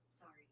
Sorry